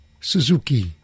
Suzuki